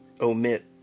omit